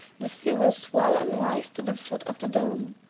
the sea will swell and rise to the foot of the dome.